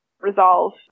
resolve